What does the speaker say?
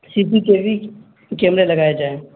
سی پی کیری کیمرہ لگائے جائیں